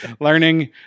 learning